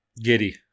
giddy